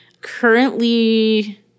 Currently